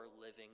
living